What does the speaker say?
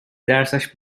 درسش